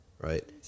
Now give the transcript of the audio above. Right